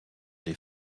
des